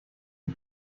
ich